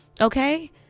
Okay